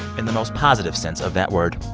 in the most positive sense of that word.